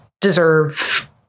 deserve